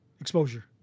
exposure